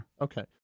Okay